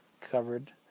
covered